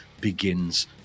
begins